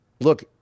look